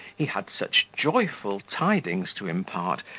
he had such joyful tidings to impart,